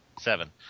Seven